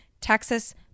Texas